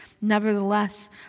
Nevertheless